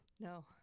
No